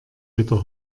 wieder